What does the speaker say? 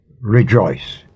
rejoice